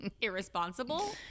irresponsible